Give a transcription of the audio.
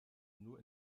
nur